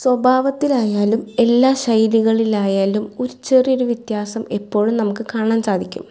സ്വഭാവത്തിലായാലും എല്ലാ ശൈലികളിലായാലും ഒരു ചെറിയൊരു വ്യത്യാസം എപ്പോഴും നമുക്ക് കാണാൻ സാധിക്കും